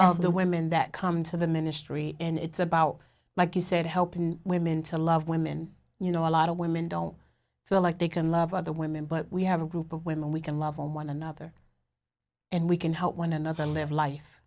of the women that come to the ministry and it's about like you said helping women to love women you know a lot of women don't feel like they can love other women but we have a group of women we can love one another and we can help one another and live life